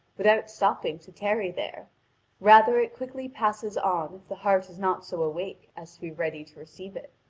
without stopping to tarry there rather it quickly passes on if the heart is not so awake as to be ready to receive it.